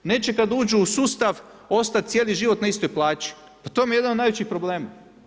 Neće kada uđu u sustav ostati cijeli život na istoj plaći, pa to vam je jedan od najvećih problema.